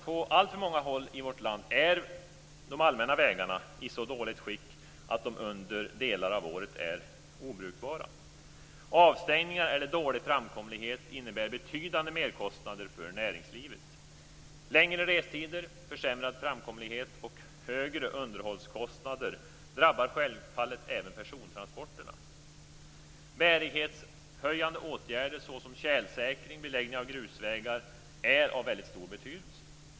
På alltför många håll i vårt land är de allmänna vägarna i så dåligt skick att de under delar av året är obrukbara. Avstängningar eller dålig framkomlighet innebär betydande merkostnader för näringslivet. Längre restider, försämrad framkomlighet och högre underhållskostnader drabbar självfallet även persontransporterna. Bärighetshöjande åtgärder såsom tjälsäkring och beläggning av grusvägar är av stor betydelse.